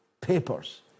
papers